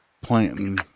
planting